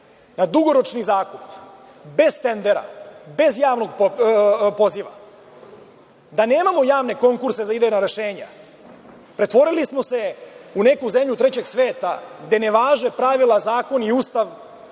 na dugoročni zakup, bez tendera, bez javnog poziva, da nemamo javne konkurse za idejna rešenja. Pretvorili smo se u neku zemlju trećeg sveta, gde ne važe pravila, zakon i Ustav,